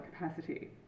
capacity